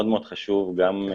הציבור תלוי בכמה כסף נותנת